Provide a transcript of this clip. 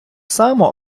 само